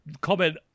comment